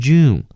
June